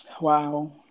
Wow